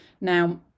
now